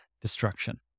destruction